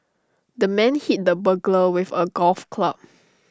the man hit the burglar with A golf club